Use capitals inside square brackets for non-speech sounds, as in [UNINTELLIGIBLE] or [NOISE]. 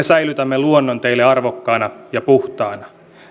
[UNINTELLIGIBLE] säilytämme luonnon teille arvokkaana ja puhtaana